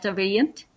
variant